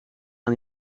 aan